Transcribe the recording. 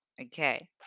Okay